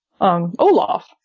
Olaf